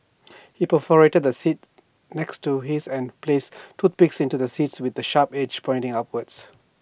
he perforated the seat next to his and placed toothpicks into the seat with the sharp age pointing upwards